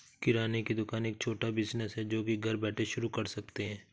किराने की दुकान एक छोटा बिज़नेस है जो की घर बैठे शुरू कर सकते है